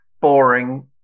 boring